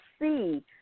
see